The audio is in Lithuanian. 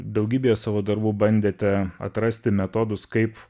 daugybėje savo darbų bandėte atrasti metodus kaip